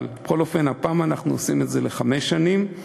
אבל בכל אופן, הפעם אנחנו עושים את זה לחמש שנים.